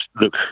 look